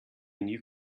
new